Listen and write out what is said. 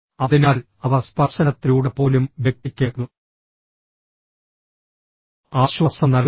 അതിനാൽ അവ സ്പർശനത്തിലൂടെ പോലും വ്യക്തിക്ക് ആശ്വാസം നൽകുന്നു